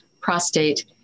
prostate